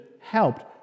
helped